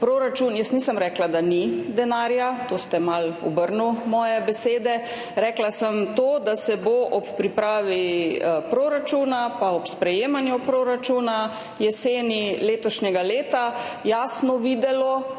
Proračun – jaz nisem rekla, da ni denarja, malo ste obrnili moje besede, rekla sem to, da se bo ob pripravi proračuna pa ob sprejemanju proračuna jeseni letošnjega leta jasno videlo,